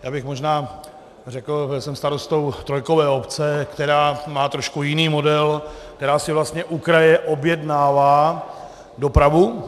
Já bych možná řekl, protože jsem starostou trojkové obce, která má trošku jiný model, která si vlastně u kraje objednává dopravu.